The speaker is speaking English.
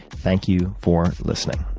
thank you for listening.